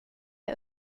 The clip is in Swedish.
jag